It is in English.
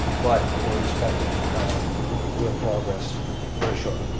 but ah we're expecting real progress very shortly.